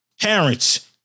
Parents